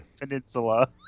Peninsula